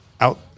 out